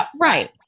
Right